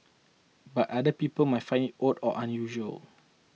but other people might find it odd or unusual